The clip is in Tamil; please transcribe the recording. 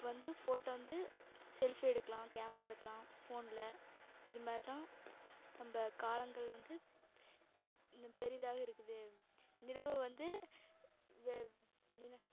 இப்ப வந்து ஃபோட்டோ வந்து செல்ஃபி எடுக்கலாம் கேமரா எடுக்கலாம் ஃபோனில் இதுமாதிரிலாம் நம்ம காலங்கள் வந்து பெரிதாக இருக்குது நிலவு வந்து வெ நில